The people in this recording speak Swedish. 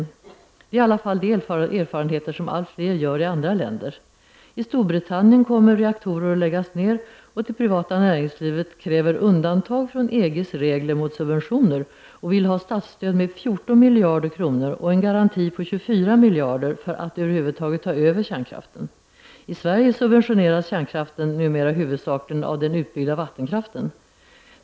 Det är i alla fall de erfarenheter som ållt fler gör i andra länder. I Storbritannien kommer reaktorer att läggas ned och det privata näringslivet kräver undantag från EGs regler mot subventioner och vill ha statsstöd med 14 miljarder kr. och en garanti på 24 miljarder, för att över huvud taget ta över kärnkraften. I Sverige subventioneras kärnkraften numera huvudsakligen av den utbyggda vattenkraften.